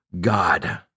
God